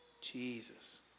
Jesus